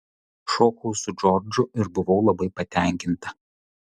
šokau su džordžu ir buvau labai patenkinta